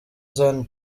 zion